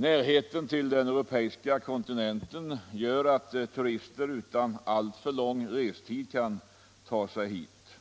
Närheten till den europeiska kontinenten gör att turister utan alltför lång restid kan ta sig hit.